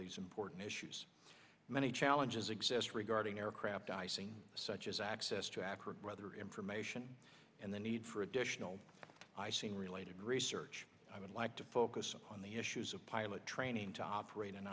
these important issues many challenges exist regarding aircraft icing such as access to accurate weather information and the need for additional icing related research i would like to focus on the issues of pilot training to operate in